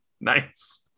Nice